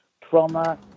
trauma